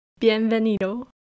bienvenido